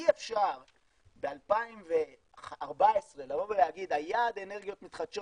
אי אפשר ב-2014 לבוא ולהגיד שהיעד אנרגיות מתחדשות